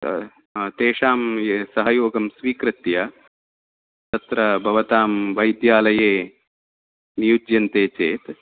तेषां सहयोगं स्वीकृत्य तत्र भवतां वैद्यालये नियुज्यन्ते चेत्